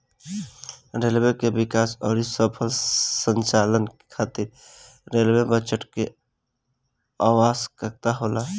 railway के विकास अउरी सफल संचालन खातिर रेलवे बजट के आवसकता होला